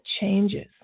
changes